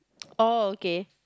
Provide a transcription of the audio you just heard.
oh okay